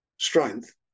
strength